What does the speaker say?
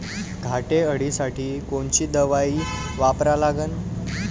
घाटे अळी साठी कोनची दवाई वापरा लागन?